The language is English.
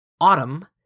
autumn